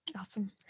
Awesome